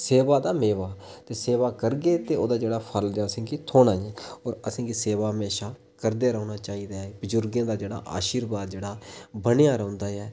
सेवा दा मेवा ते सेवा करगे ते ओह्दा जेह्ड़ा फल असें गी थ्होना ऐ होर असें गी सेवा म्हेशा करदे रौह्ना चाहिदा ऐ बजुर्गें दा जेह्ड़ा आर्शिवाद जेह्ड़ा बनेआ रौंह्दा ऐ